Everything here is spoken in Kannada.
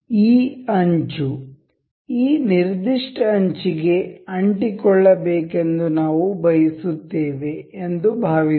ಈ ಅಂಚು ಈ ನಿರ್ದಿಷ್ಟ ಅಂಚಿಗೆ ಅಂಟಿಕೊಳ್ಳಬೇಕೆಂದು ನಾವು ಬಯಸುತ್ತೇವೆ ಎಂದು ಭಾವಿಸೋಣ